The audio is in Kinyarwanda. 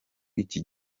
iki